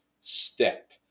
step